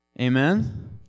Amen